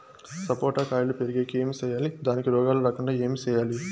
సపోట కాయలు పెరిగేకి ఏమి సేయాలి దానికి రోగాలు రాకుండా ఏమి సేయాలి?